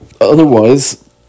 otherwise